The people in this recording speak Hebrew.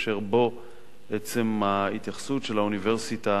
אשר בו עצם ההתייחסות של האוניברסיטה